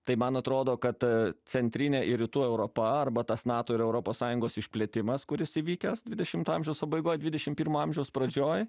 tai man atrodo kad centrinė ir rytų europa arba tas nato ir europos sąjungos išplėtimas kuris įvykęs dvidešimto amžiaus pabaigoj dvidešimt pirmo amžiaus pradžioj